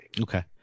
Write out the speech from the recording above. Okay